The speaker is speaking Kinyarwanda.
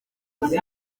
hari